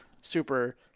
super